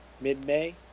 mid-May